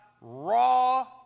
raw